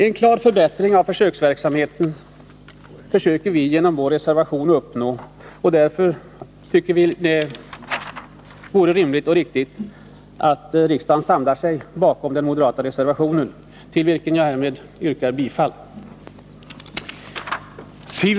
En klar förbättring av försöksverksamheten försöker vi uppnå genom vår reservation, och därför tycker vi att det vore rimligt och riktigt att riksdagen samlar sig bakom den moderata reservationen, till vilken jag härmed yrkar bifall.